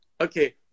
Okay